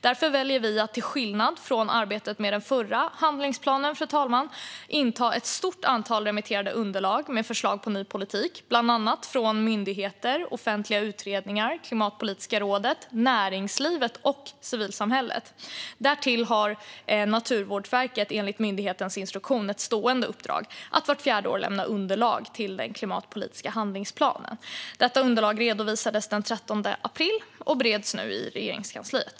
Därför väljer vi att, till skillnad från arbetet med den förra handlingsplanen, fru talman, inta ett stort antal remitterade underlag med förslag på ny politik, bland annat från myndigheter, offentliga utredningar, Klimatpolitiska rådet, näringslivet och civilsamhället. Därtill har Naturvårdsverket enligt myndighetens instruktion ett stående uppdrag att vart fjärde år lämna underlag till den klimatpolitiska handlingsplanen. Detta underlag redovisades den 13 april och bereds nu i Regeringskansliet.